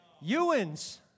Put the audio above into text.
Ewins